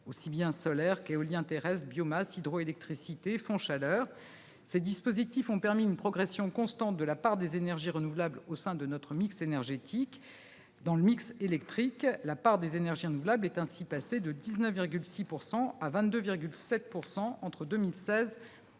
dans le solaire, l'éolien terrestre, la biomasse, l'hydroélectricité et le fonds chaleur. Ces dispositifs ont permis la progression constante de la part des énergies renouvelables au sein de notre mix énergétique. Dans le mix électrique, la part des énergies renouvelables est ainsi passée de 19,6 % à 22,7 % entre 2016 et 2018.